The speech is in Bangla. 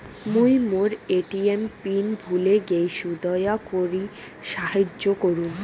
মুই মোর এ.টি.এম পিন ভুলে গেইসু, দয়া করি সাহাইয্য করুন